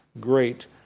great